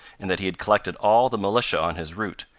and that he had collected all the militia on his route,